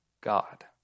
God